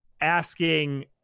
asking